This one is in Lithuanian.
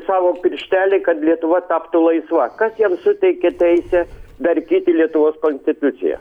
savo pirštelį kad lietuva taptų laisva kas jiem suteikė teisę darkyti lietuvos konstituciją